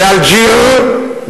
באלג'יר,